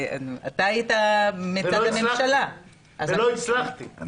אתה היית בממשלה -- ולא הצלחתי.